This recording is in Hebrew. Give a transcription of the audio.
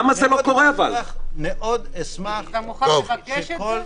אתה מוכן לבקש את זה?